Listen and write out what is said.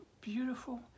beautiful